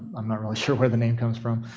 i'm not really sure where the name comes from,